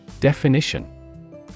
Definition